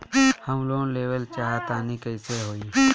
हम लोन लेवल चाह तानि कइसे होई?